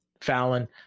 Fallon